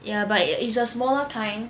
ya but it it's a smaller kind